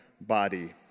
body